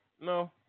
no